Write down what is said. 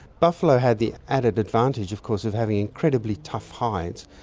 buffalo have the added advantage of course of having incredibly tough hides,